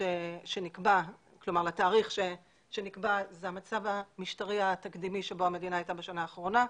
שנקבע זה המצב המשטרי התקדימי שבו המדינה הייתה בשנה האחרונה,